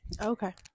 okay